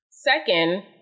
Second